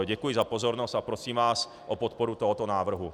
Děkuji za pozornost a prosím vás o podporu tohoto návrhu.